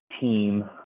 team